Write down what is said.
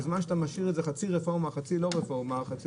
בזמן שאתה משאיר את זה חצי רפורמה וחצי לא רפורמה וחצי